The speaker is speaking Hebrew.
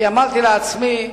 כי אמרתי לעצמי: